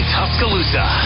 Tuscaloosa